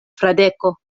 fradeko